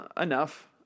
Enough